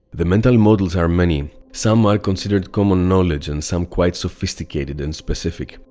the mental models are many. some are considered common knowledge and some quite sophisticated and specific.